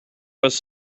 was